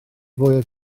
fwyaf